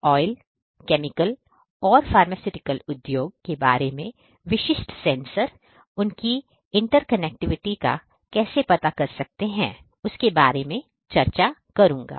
oil chemical और pharmaceutical उद्योग के बारे में विशिष्ट सेंसर और उनकी इंटरकनेक्टिविटी का कैसे पता कर सकते हैं उसके बारे में मैं चर्चा करूंगा